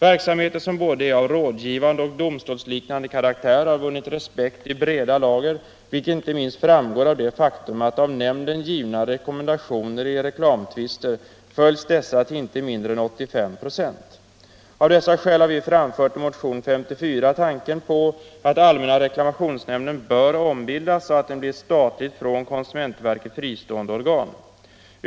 Verksamheten, som är av både rådgivande och domstolsliknande karaktär, har vunnit respekt i breda lager, vilket inte minst framgår av det faktum att av nämnden givna rekommendationer i reklamationstvister följs till inte mindre än 85 96. Av dessa skäl har vi i motionen 54 framfört tanken på att allmänna reklamationsnämnden bör ombildas, så att den blir ett statligt, från konsumentverket fristående organ.